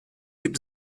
gibt